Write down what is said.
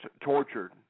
tortured